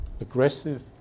aggressive